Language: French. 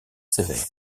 sévère